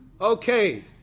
Okay